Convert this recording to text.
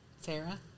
Sarah